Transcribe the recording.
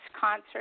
concert